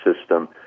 system